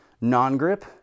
non-grip